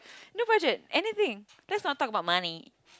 no budget anything let's not talk about money